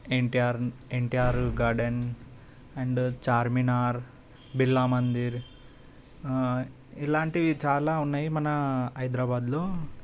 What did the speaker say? NTR NTR garden and Charminar Birla Mandir ఇలాంటివి చాలా ఉన్నాయి మన హైదరాబాదులో